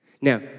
Now